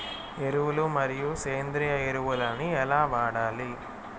ఎరువులు మరియు సేంద్రియ ఎరువులని ఎలా వాడాలి?